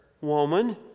woman